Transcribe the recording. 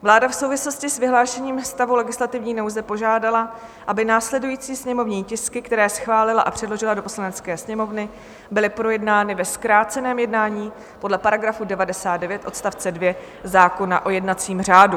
Vláda v souvislosti s vyhlášením stavu legislativní nouze požádala, aby následující sněmovní tisky, které schválila a předložila do Poslanecké sněmovny, byly projednány ve zkráceném jednání podle § 99 odst. 2 zákona o jednacím řádu.